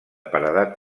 paredat